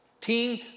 Team